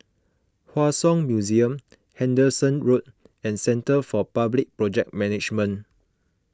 Hua Song Museum Henderson Road and Centre for Public Project Management